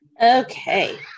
Okay